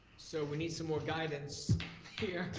so we need some more guidance here.